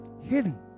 hidden